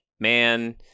Man